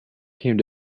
came